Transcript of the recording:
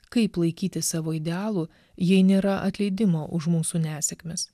kaip laikytis savo idealų jei nėra atleidimo už mūsų nesėkmes